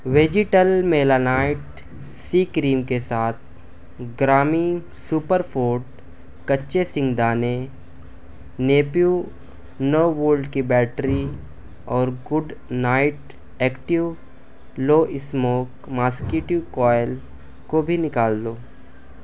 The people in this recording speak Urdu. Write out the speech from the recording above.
ویجیٹل میلانائٹ سی کریم کے ساتھ گرامی سوپر فوڈ کچے سنگ دانے نیپیو نو وولٹ کی بیٹری اور Good Knight active low smoke mosquito coil کو بھی نکال دو